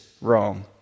wrong